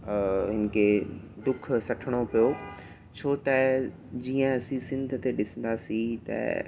हिन खे दुख सठिणो पियो छो त जीअं असीं सिंध ते ॾिसंदासीं त